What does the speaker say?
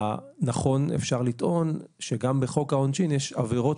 נכון אפשר לטעון שגם בחוק העונשין יש עבירות